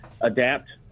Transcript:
adapt